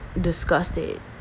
disgusted